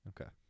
Okay